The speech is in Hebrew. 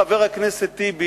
חבר הכנסת טיבי,